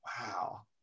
Wow